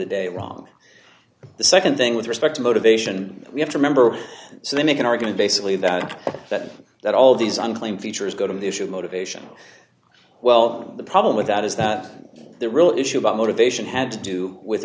the day wrong the nd thing with respect to motivation that we have to remember so they make an argument basically that said that all these unclaimed features go to the issue of motivation well the problem with that is that the real issue about motivation had to do with